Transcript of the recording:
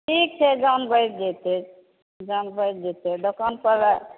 ठीक छै दाम घटि जेतै दाम घटि जेतै दोकान पर आउ